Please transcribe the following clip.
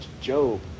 Job